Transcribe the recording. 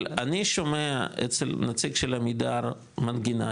אבל אני שומע אצל נציג של עמידר מנגינה,